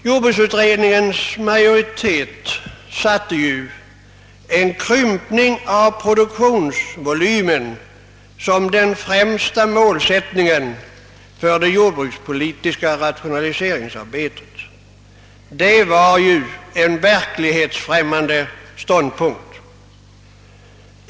Jordbruksutredningens majoritet satte som bekant en krympning av produktionsvolymen som främsta målsättning för det jordbrukspolitiska rationalise ringsarbetet. Det var en verklighetsfrämmande ståndpunkt.